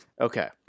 okay